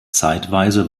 zeitweise